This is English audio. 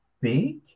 big